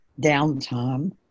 downtime